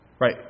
Right